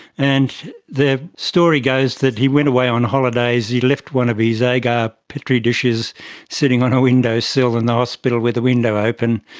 and the story goes that he went away on holidays, he left one of his agar petri dishes sitting on a windowsill in the hospital with the window open,